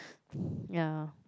ya